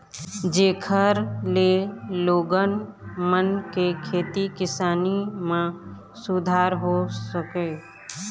जेखर ले लोगन मन के खेती किसानी म सुधार हो सकय